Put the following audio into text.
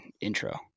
intro